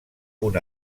punt